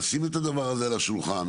לשים את הדבר הזה על השולחן.